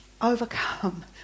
overcome